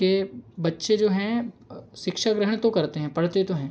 के बच्चे जो हैं शिक्षा ग्रहण तो करते हैं पढ़ते तो हैं